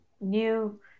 new